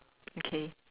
okay